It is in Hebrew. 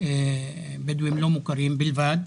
בדואים לא מוכרים בלבד.